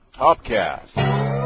TopCast